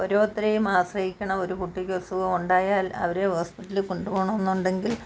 ഒരോരുത്തരെയും ആശ്രയിക്കണം ഒരു കുട്ടിക്ക് അസുഖം ഉണ്ടായാൽ അവരെ ഹോസ്പിറ്റലിൽ കൊണ്ടുപോകണമെന്നുണ്ടെങ്കിൽ